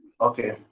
Okay